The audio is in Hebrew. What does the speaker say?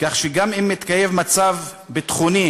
כך שגם אם מתקיים מצב ביטחוני,